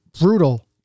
brutal